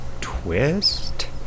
twist